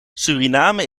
suriname